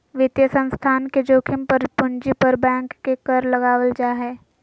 वित्तीय संस्थान के जोखिम पर पूंजी पर बैंक के कर लगावल जा हय